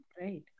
Right